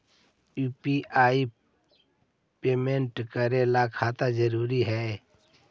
UPI payment करे ला खाता जरूरी है?